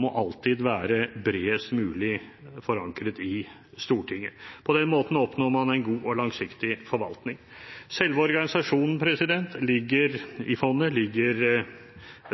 må alltid være bredest mulig forankret i Stortinget. På den måten oppnår man en god og langsiktig forvaltning. Selve organisasjonen i fondet ligger,